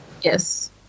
Yes